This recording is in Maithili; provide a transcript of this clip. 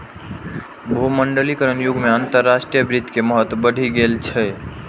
भूमंडलीकरणक युग मे अंतरराष्ट्रीय वित्त के महत्व बढ़ि गेल छै